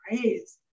praise